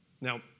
Now